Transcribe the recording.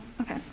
okay